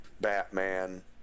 batman